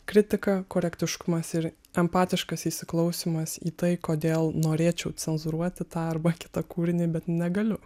kritika korektiškumas ir empatiškas įsiklausymas į tai kodėl norėčiau cenzūruoti tą arba kitą kūrinį bet negaliu